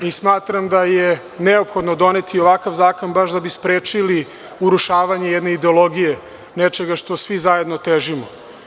Smatram da je neophodno doneti ovakav zakon baš da bi sprečili urušavanje jedne ideologije i nečega čemu svi zajedno težimo.